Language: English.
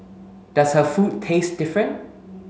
does her food taste different